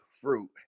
fruit